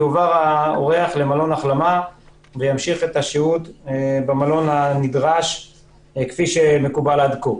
האורח יועבר למלון החלמה וימשיך את השהות במלון הנדרש כפי שמקובל עד כה.